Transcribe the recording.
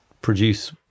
produce